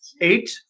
eight